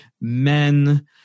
men